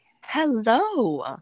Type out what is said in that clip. Hello